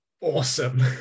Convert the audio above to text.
awesome